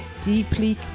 deeply